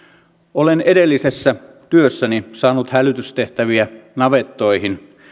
olen edellisessä työssäni saanut hälytystehtäviä navettoihin